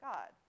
God